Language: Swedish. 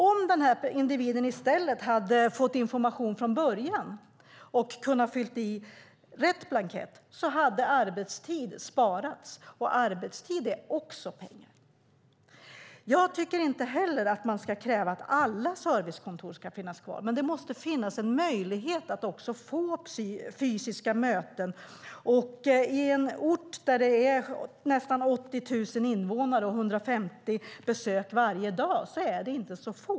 Om denna individ i stället hade fått information från början och kunnat fylla i rätt blankett hade arbetstid sparats, och arbetstid är också pengar. Jag tycker inte heller att man ska kräva att alla servicekontor ska finnas kvar. Men det måste finnas en möjlighet att också få fysiska möten. På en ort där det är nästan 80 000 invånare och 150 besök varje dag är det inte så få.